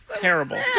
terrible